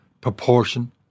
proportion